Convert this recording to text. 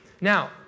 Now